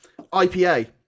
IPA